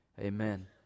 Amen